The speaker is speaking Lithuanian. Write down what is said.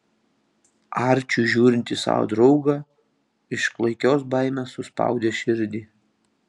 arčiui žiūrint į savo draugą iš klaikios baimės suspaudė širdį